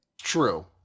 True